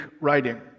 writing